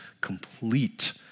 complete